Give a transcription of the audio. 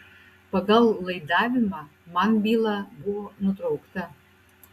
pagal laidavimą man byla buvo nutraukta